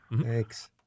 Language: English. Thanks